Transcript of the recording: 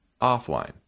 offline